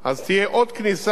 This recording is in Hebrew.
כניסה ויציאה,